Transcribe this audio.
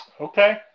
Okay